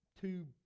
two